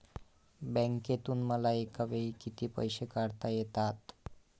बँकेतून मला एकावेळी किती पैसे काढता येतात?